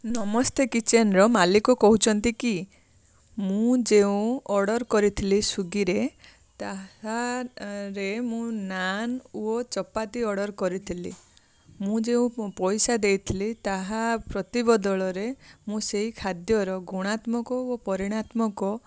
ନମସ୍ତେ କିଚେନର ମାଲିକ କହୁଛନ୍ତି କି ମୁଁ ଯେଉଁ ଅର୍ଡ଼ର୍ କରିଥିଲି ସ୍ଵିଗିରେ ତାହାରେ ମୁଁ ନାନ୍ ଓ ଚପାତି ଅର୍ଡ଼ର୍ କରଥିଲି ମୁଁ ଯେଉଁ ପଇସା ଦେଇଥିଲି ତାହା ପ୍ରତି ବଦଳରେ ମୁଁ ସେଇ ଖାଦ୍ୟର ଗୁଣାତ୍ମକ ଓ ପରିଣମାତ୍ମକ